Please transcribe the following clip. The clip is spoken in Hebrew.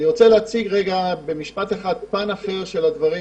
אני רוצה להציג פן אחר של הדברים,